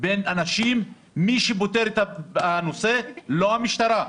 בין אנשים מי שפותר את הנושא זו לא המשטרה,